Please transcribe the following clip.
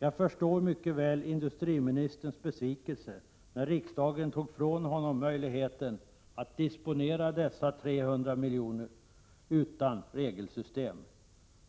Jag förstår mycket väl industriministerns besvikelse, när riksdagen fråntog honom möjligheten att disponera dessa 300 miljoner utan regelsystem